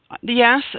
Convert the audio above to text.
yes